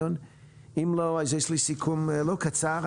אם לא, אז יש לי סיכום לא קצר.